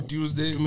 Tuesday